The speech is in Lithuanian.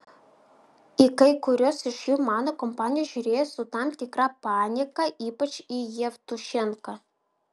į kai kuriuos iš jų mano kompanija žiūrėjo su tam tikra panieka ypač į jevtušenką